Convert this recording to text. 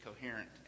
coherent